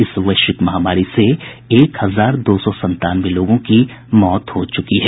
इस वैश्विक महामारी से एक हजार दो सौ संतानवे लोगों की मौत हो चुकी है